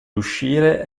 uscire